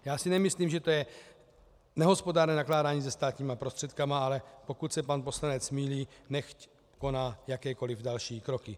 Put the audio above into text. Já si nemyslím, že to je nehospodárné nakládání se státními prostředky, ale pokud se pan poslanec mýlí, nechť koná jakékoli další kroky.